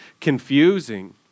confusing